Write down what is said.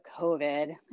COVID